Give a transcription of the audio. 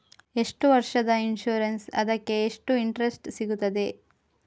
ಎಷ್ಟು ವರ್ಷದ ಇನ್ಸೂರೆನ್ಸ್ ಅದಕ್ಕೆ ಎಷ್ಟು ಇಂಟ್ರೆಸ್ಟ್ ಸಿಗುತ್ತದೆ?